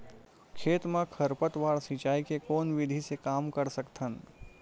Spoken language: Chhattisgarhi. खेत म खरपतवार सिंचाई के कोन विधि से कम कर सकथन?